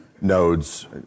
nodes